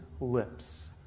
lips